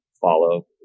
follow